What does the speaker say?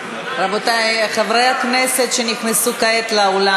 חברי הכנסת שנכנסו כעת לאולם,